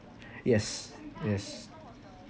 yes yes